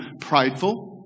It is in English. prideful